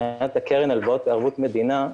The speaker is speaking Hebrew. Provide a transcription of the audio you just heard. מבחינת הקרן להלוואות בערבות מדינה,